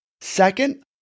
second